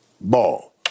ball